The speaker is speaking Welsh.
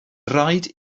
rhaid